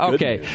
Okay